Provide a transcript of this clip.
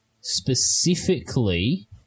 specifically